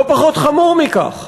לא פחות חמור מכך,